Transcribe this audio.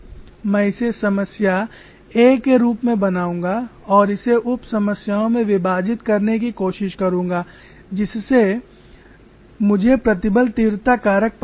मैं इसे समस्या के रूप में बनाऊंगा और इसे उप समस्याओं में विभाजित करने की कोशिश करूंगा जिसके लिए मुझे प्रतिबल तीव्रता कारक पता है